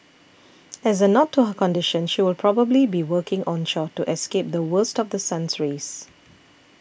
as a nod to her condition she will probably be working onshore to escape the worst of The Sun's rays